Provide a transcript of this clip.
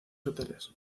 hoteles